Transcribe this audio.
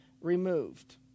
removed